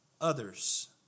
others